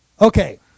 Okay